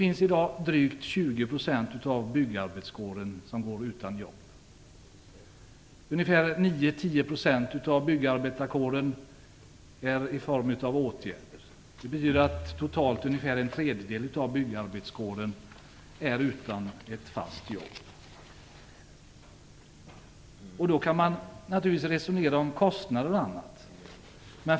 Drygt 20 % av byggarbetarkåren går i dag utan jobb. Ungefär 9-10 % av byggarbetarkåren är i åtgärder. Totalt är ungefär en tredjedel av byggarbetarkåren utan fast jobb. Man kan naturligtvis resonera om kostnader och annat.